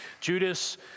Judas